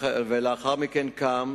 ולאחר מכן קם.